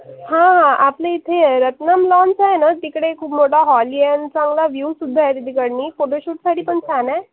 हां हां आपल्या इथे रत्नम् लॉन्स आहे ना तिकडे खूप मोठा हॉल आहे न् चांगला व्यूसुद्धा आहे तिकडून फोटोशूटसाठी पण छान आहे